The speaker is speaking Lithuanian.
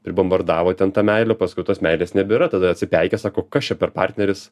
ir bombardavo ten ta meile paskui jau tos meilės nebėra tada atsipeikėja sako kas čia per partneris